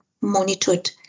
monitored